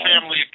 family